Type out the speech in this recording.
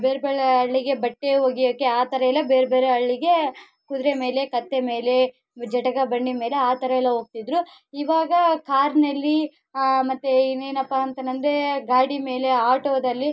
ಬೇರೆ ಬೆಳ್ಳೆ ಹಳ್ಳಿಗೆ ಬಟ್ಟೆ ಒಗೆಯೋಕ್ಕೆ ಆ ಥರ ಎಲ್ಲ ಬೇರೆ ಬೇರೆ ಹಳ್ಳಿಗೆ ಕುದುರೆ ಮೇಲೆ ಕತ್ತೆ ಮೇಲೆ ಜಟಕಾ ಬಂಡಿ ಮೇಲೆ ಆ ಥರವೆಲ್ಲ ಹೋಗ್ತಿದ್ರು ಇವಾಗ ಕಾರ್ನಲ್ಲಿ ಮತ್ತೆ ಇನ್ನೆನಪ್ಪ ಅಂತಾನಂದ್ರೇ ಗಾಡಿ ಮೇಲೆ ಆಟೋದಲ್ಲಿ